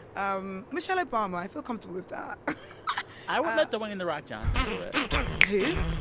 um michelle obama, i feel comfortable with that i would let dwayne the rock johnson do it who?